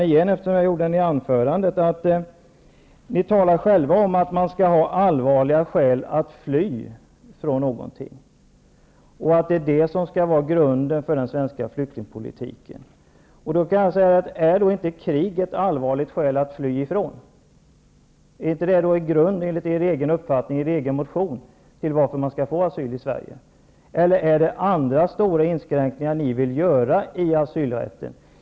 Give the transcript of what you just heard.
I Ny demokrati talar ni om att man skall ha allvarliga skäl att fly från någonting och att det är detta som skall vara grunden för den svenska flyktingpolitiken. Är då inte krig någonting allvarligt att fly ifrån? Är krig enligt er egen motion en grund för att kunna få asyl i Sverige, eller vill ni göra andra stora inskränkningar i asylrätten?